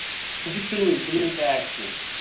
یِم چھِ کِلوُنۍ کِلوُنۍ پیک چھِ یِم